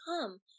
come